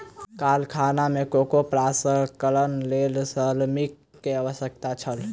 कारखाना में कोको प्रसंस्करणक लेल श्रमिक के आवश्यकता छल